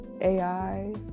AI